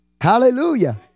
Hallelujah